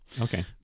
Okay